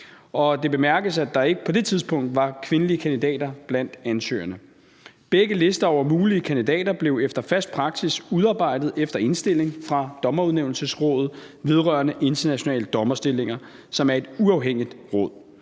det bemærkes, at der ikke på det tidspunkt var kvindelige kandidater blandt ansøgerne. Begge lister over mulige kandidater blev efter fast praksis udarbejdet efter indstilling fra Dommerudnævnelsesrådet vedrørende internationale dommerstillinger, som er et uafhængigt råd.